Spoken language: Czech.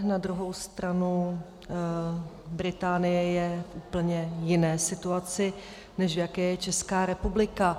Na druhou stranu Británie je v úplně jiné situaci, než v jaké je Česká republika.